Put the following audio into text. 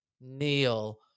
Neil